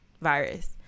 virus